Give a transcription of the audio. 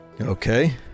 Okay